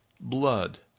Blood